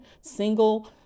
single